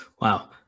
Wow